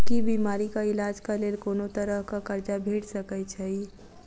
की बीमारी कऽ इलाज कऽ लेल कोनो तरह कऽ कर्जा भेट सकय छई?